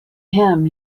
him